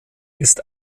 ist